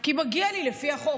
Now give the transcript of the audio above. כי מגיעות לי, לפי החוק,